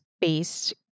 based